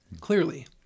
clearly